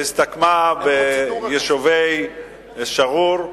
שהסתכמה ביישובים שגור,